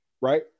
right